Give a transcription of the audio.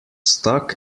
stuck